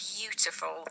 beautiful